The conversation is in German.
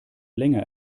länger